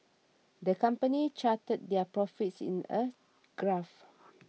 the company charted their profits in a graph